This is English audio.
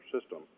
system